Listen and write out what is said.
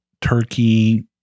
turkey